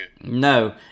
No